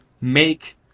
make